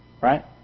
Right